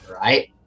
right